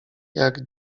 jak